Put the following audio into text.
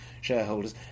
shareholders